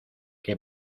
que